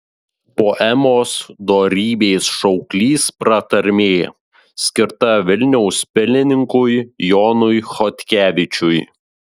poemos dorybės šauklys pratarmė skirta vilniaus pilininkui jonui chodkevičiui